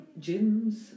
gyms